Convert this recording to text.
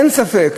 אין ספק,